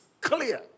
clear